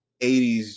80s